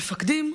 מפקדים,